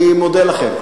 אני מודה לכם.